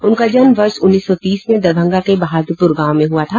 उनका जन्म वर्ष उन्नीस सौ तीस में दरभंगा के बहादुरपुर गांव में हुआ था